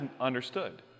understood